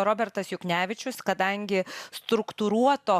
robertas juknevičius kadangi struktūruoto